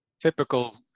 typical